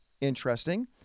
interesting